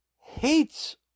hates